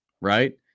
right